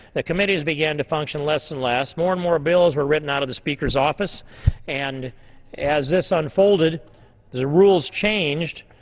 the committees began to function less and less, more and more bills were written out of the speaker's office and as this unfolded the rules changed,